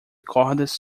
cordas